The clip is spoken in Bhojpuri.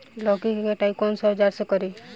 लौकी के कटाई कौन सा औजार से करी?